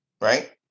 Right